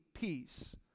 peace